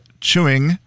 chewing